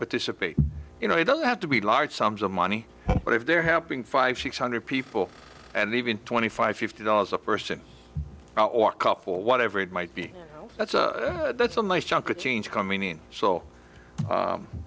dissipate you know it doesn't have to be large sums of money but if they're happening five six hundred people and even twenty five fifty dollars a person or couple whatever it might be that's a that's a nice chunk of change coming in so